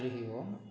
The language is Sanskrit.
हरिः ओम्